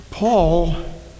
Paul